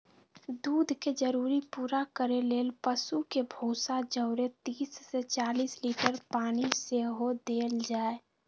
दूध के जरूरी पूरा करे लेल पशु के भूसा जौरे तीस से चालीस लीटर पानी सेहो देल जाय